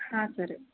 ಹಾಂ ಸರಿ